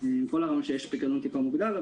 עם כל הרעיון שיש פיקדון מוגדל במקצת,